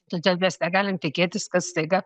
todėl mes negalim tikėtis kad staiga